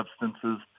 substances